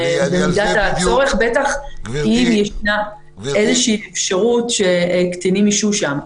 בטח אם ניתנה איזושהי אפשרות שקטינים ישהו שם.